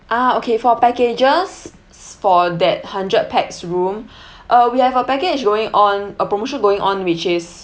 ah okay for packages for that hundred pax room uh we have a package going on a promotion going on which is